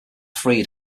freed